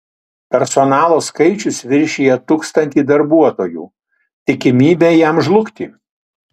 personalo skaičius viršija tūkstanti darbuotojų tikimybė jam žlugti